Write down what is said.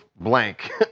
blank